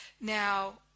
Now